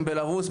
מבלרוס,